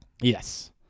Yes